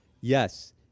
yes